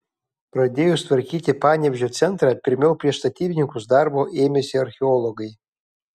pradėjus tvarkyti panevėžio centrą pirmiau prieš statybininkus darbo ėmėsi archeologai